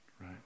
right